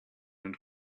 and